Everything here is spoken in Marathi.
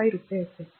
5 रुपये असेल